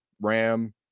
RAM